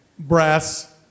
Brass